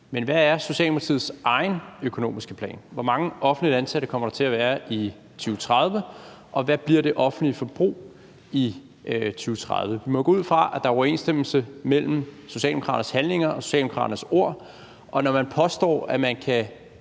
Men hvad er Socialdemokratiets egen økonomiske plan? Hvor mange offentligt ansatte kommer der til at være i 2030, og hvad bliver det offentlige forbrug i 2030? Vi må gå ud fra, at der er overensstemmelse mellem Socialdemokraternes handlinger og Socialdemokraternes ord, og når man påstår, at man kan